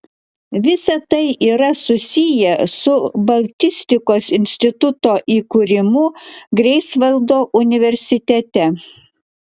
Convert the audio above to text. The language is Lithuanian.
visa tai yra susiję su baltistikos instituto įkūrimu greifsvaldo universitete